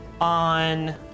on